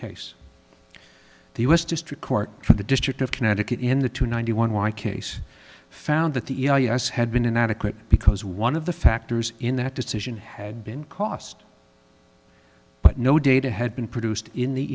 case the u s district court for the district of connecticut in the two ninety one white case found that the u s had been inadequate because one of the factors in that decision had been cost but no data had been produced in the